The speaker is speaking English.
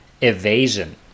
evasion